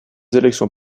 élections